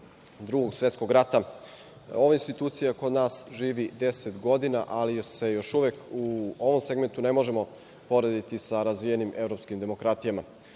Drugog svetskog rata. Ova institucija kod nas živi 10 godina, ali se još uvek u ovom segmentu ne možemo porediti sa razvijenim evropskim demokratijama. Drugo,